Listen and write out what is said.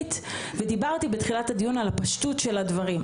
דיברתי בתחילת הדיון על הפשטות של הדברים.